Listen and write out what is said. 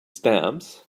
stamps